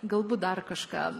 galbūt dar kažką